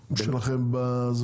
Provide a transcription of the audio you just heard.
שלכם?